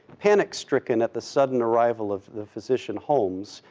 panic stricken at the sudden arrival of the physician, holmes,